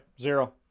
zero